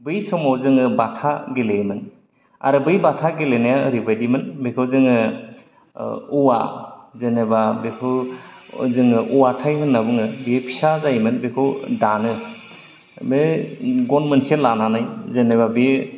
बै समाव जोङो बाथा गेलेयोमोन आरो बै बाथा गेलेनाया ओरैबादिमोन बेखौ जोङो ओ औवा जेन'बा बेखौ जोङो औवाथाय होनना बुङो बे फिसा जायोमोन बेखौ दानो बे गन मोनसे लानानै जेनेबा बे